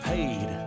Paid